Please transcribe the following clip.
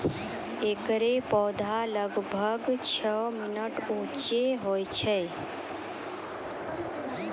एकरो पौधा लगभग छो मीटर उच्चो होय छै